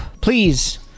Please